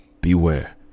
Beware